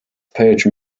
page